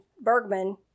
Bergman